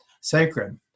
sacred